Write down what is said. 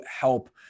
help